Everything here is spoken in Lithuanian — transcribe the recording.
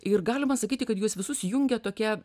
ir galima sakyti kad juos visus jungia tokia